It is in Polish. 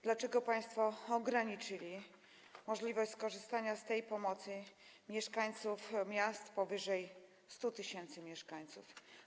Dlaczego państwo ograniczyli możliwość skorzystania z tej pomocy mieszkańcom miast powyżej 100 tys. mieszkańców?